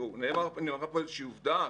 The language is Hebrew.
נאמרה פה איזושהי עובדה,